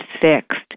fixed